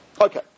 Okay